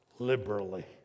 liberally